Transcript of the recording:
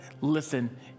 listen